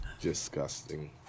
disgusting